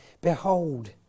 behold